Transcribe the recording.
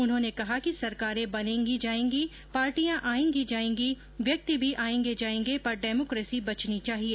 उन्होंने कहा कि सरकारें बनेंगी जाएंगी पार्टियां आएंगी जाएंगी व्यक्ति भी आएंगे जाएंगे पर डेमोकेसी बचनी चाहिए